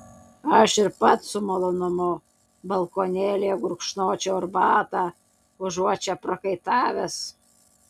aš ir pats su malonumu balkonėlyje gurkšnočiau arbatą užuot čia prakaitavęs